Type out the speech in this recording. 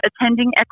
attending